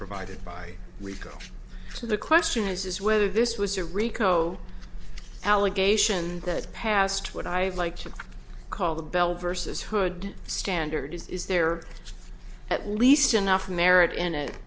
provided by rico so the question is whether this was a rico allegation that passed what i like to call the bell versus hood standard is there at least enough merit in it